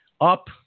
up